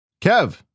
Kev